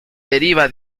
deriva